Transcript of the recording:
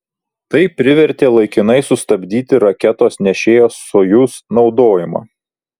tai privertė laikinai sustabdyti raketos nešėjos sojuz naudojimą